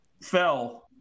fell